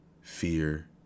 fear